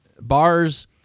bars